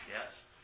Yes